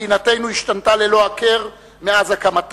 מדינתנו השתנתה ללא הכר מאז קמה.